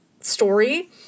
story